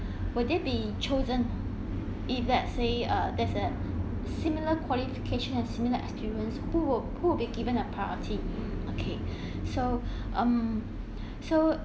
would they be chosen if let's say uh there's there similar qualification and similar experience who will who will be given a priority okay so um so